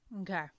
Okay